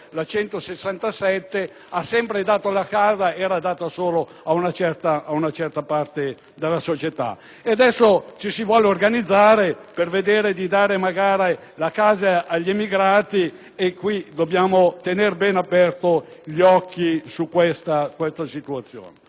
la casa era data sempre ad una certa parte della società; adesso ci si vuole organizzare per vedere di dare la casa agli immigrati, ma dobbiamo tenere bene aperti gli occhi su questa situazione. Quanto ai nostri pensionati,